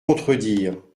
contredire